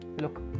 Look